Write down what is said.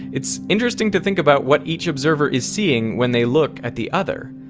it's interesting to think about what each observer is seeing when they look at the other.